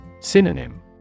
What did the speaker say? Synonym